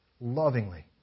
lovingly